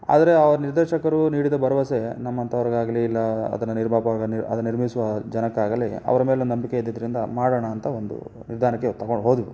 ಆದರೆ ಆ ನಿರ್ದೇಶಕರು ನೀಡಿದ ಭರವಸೆ ನಮ್ಮಂಥವರಿಗಾಗ್ಲಿ ಇಲ್ಲ ಅದನ್ನು ನಿರ್ಮಾಪಕ ಅದು ನಿರ್ಮಿಸುವ ಜನಕ್ಕಾಗಲಿ ಅವ್ರ ಮೇಲೆ ನಂಬಿಕೆ ಇದ್ದಿದ್ದರಿಂದ ಮಾಡೋಣ ಅಂತ ಒಂದು ನಿರ್ಧಾರಕ್ಕೆ ತೊಗೊಂಡು ಹೋದರು